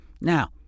now